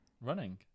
Running